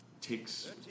takes